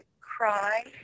cry